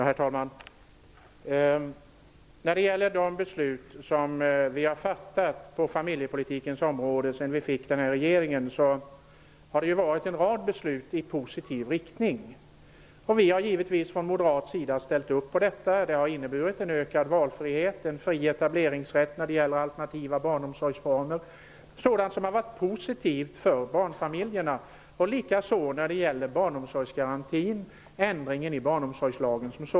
Herr talman! Vi har sedan regeringen tillträdde satsat på en rad positiva beslut inom familjepolitikens område. Vi har från moderat sida givetvis ställt oss bakom dessa. De har inneburit en ökad valfrihet och en fri etableringsrätt i alternativa barnomsorgsformer. Detta har varit positivt för barnfamiljerna. Detsamma gäller barnomsorgsgarantin och ändringen av barnomsorgslagen i stort.